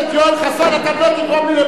אתה לא תגרום לי,